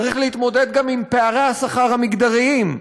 צריך להתמודד גם עם פערי השכר המגדריים.